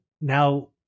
now –